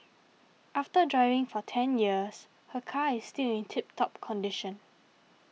after driving for ten years her car is still in tip top condition